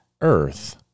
earth